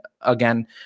again